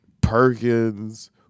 Perkins